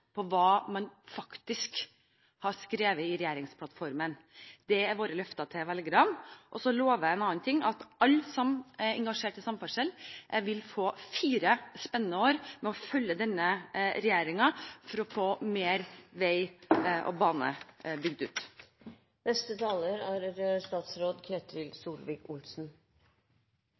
på hva man faktisk har skrevet i regjeringsplattformen. Det er våre løfter til velgerne. Og så lover jeg en annen ting: Alle som er engasjert i samferdsel, vil få fire spennende år med å følge denne regjeringen for å få bygd ut mer vei og bane.